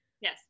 Yes